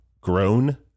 grown